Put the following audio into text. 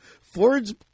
Ford's